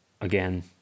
again